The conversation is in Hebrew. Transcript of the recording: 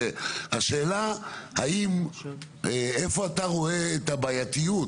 השאלה איפה אתה רואה את הבעייתיות